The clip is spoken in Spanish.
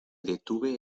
detuve